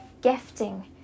gifting